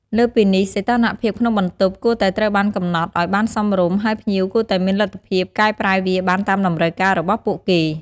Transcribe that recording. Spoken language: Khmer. លើសពីនេះ សីតុណ្ហភាពក្នុងបន្ទប់ គួរតែត្រូវបានកំណត់ឲ្យបានសមរម្យ ហើយភ្ញៀវគួរតែមានលទ្ធភាពកែប្រែវាបានតាមតម្រូវការរបស់ពួកគេ។